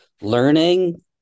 learning